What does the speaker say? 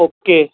okay